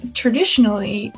traditionally